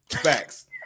Facts